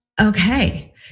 Okay